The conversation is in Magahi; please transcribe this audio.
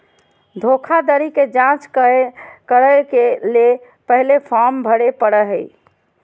धोखाधड़ी के जांच करय ले पहले फॉर्म भरे परय हइ